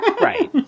right